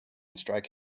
strike